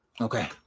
Okay